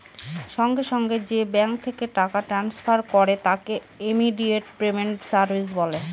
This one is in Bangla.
সঙ্গে সঙ্গে যে ব্যাঙ্ক থেকে টাকা ট্রান্সফার করে তাকে ইমিডিয়েট পেমেন্ট সার্ভিস বলে